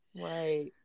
right